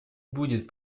будет